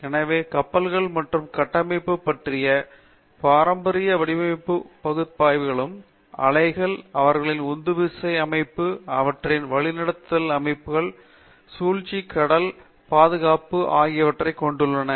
எனவே கப்பல்கள் மற்றும் கட்டமைப்புகள் பற்றிய பாரம்பரிய வடிவமைப்பும் பகுப்பாய்வுகளும் அலைகள் அவர்களின் உந்துவிசை அமைப்புகள் அவற்றின் வழிநடத்துதல் அமைப்புகள் சூழ்ச்சி கடல் பாதுகாப்பு ஆகியவற்றைக் கொண்டுள்ளன